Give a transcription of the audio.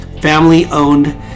Family-owned